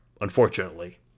Unfortunately